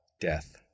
death